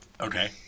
Okay